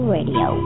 Radio